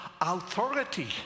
authority